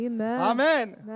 Amen